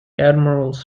admirals